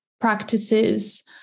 practices